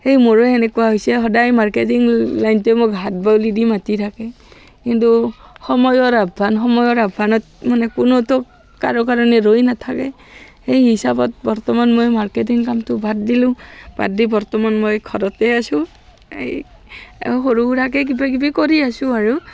সেই মোৰো সেনেকুৱা হৈছে সদায় মাৰ্কেটিং লাইনটোৱে মোক হাত বাউলি দি মাতি থাকে কিন্তু সময়ৰ আহ্বান সময়ৰ আহ্বানত মানে কোনোতো কাৰো কাৰণে ৰৈ নাথাকে সেই হিচাপত বৰ্তমান মই মাৰ্কেটিং কামটো বাদ দিলোঁ বাদ দি বৰ্তমান মই ঘৰত আছোঁ এই সৰু সুৰাকৈ কিবাকিবি কৰি আছোঁ আৰু